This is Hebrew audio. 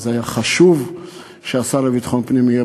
והיה חשוב שהשר לביטחון פנים יהיה